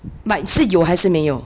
but 是有还是没有